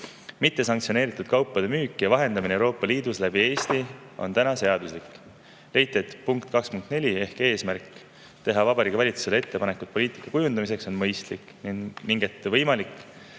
Mittesanktsioneeritud kaupade müük ja vahendamine Euroopa Liidus läbi Eesti on seaduslik. Leiti, et punkt 2.4 ehk soov teha Vabariigi Valitsusele ettepanekud poliitika kujundamiseks on mõistlik. [On ka] võimalik